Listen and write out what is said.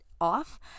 off